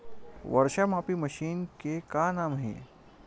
वर्षा मापी मशीन के का नाम हे?